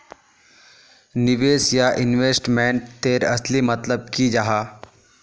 निवेश या इन्वेस्टमेंट तेर असली मतलब की जाहा?